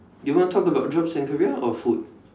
you want to talk about jobs and career or food